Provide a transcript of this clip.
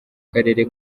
karere